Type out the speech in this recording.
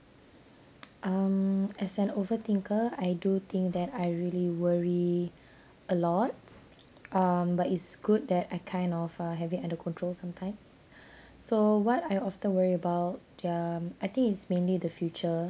um as an overthinker I do think that I really worry a lot um but it's good that I kind of uh have it under control sometimes so what I often worry about the um I think it's mainly the future